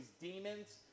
demons